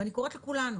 ואני קוראת לכולנו,